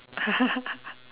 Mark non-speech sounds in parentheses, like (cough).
(laughs)